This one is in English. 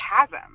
chasm